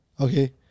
Okay